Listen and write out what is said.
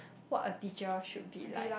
what a teacher should be like